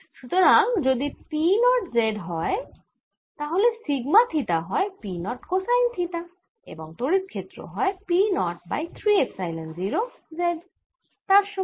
সুতরাং যদি P naught z হয় তাহলে সিগমা থিটা হয় P নট কোসাইন থিটা এবং তড়িৎ ক্ষেত্র হয় P naught by 3 epsilon 0 z এর সমান